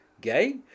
Gay